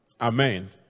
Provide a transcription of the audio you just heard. amen